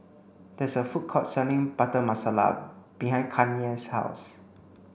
there is a food court selling Butter Masala behind Kanye's house